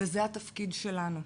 וזה התפקיד שלנו.